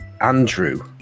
Andrew